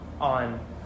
on